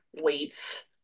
weights